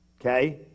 Okay